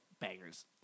bangers